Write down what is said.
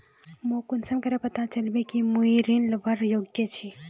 मोक कुंसम करे पता चलबे कि मुई ऋण लुबार योग्य छी?